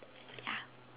ya